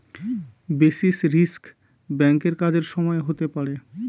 basis risk ব্যাঙ্কের কাজের সময় হতে পারে